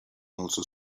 also